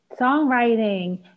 songwriting